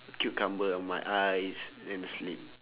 cucumber on my eyes and then sleep